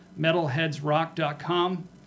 metalheadsrock.com